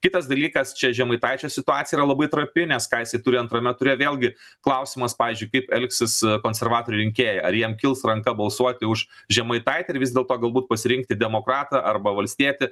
kitas dalykas čia žemaitaičio situacija labai yra trapi nes ką jisai turi antrame ture vėlgi klausimas pavyzdžiui kaip elgsis konservatorių rinkėjai ar jiem kils ranka balsuoti už žemaitaitį ar vis dėlto galbūt pasirinkti demokratą arba valstietį